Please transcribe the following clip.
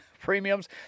premiums